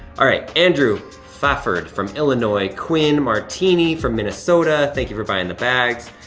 all right, andrew faffered from illinois, quinn martini from minnesota, thank you for buying the bags.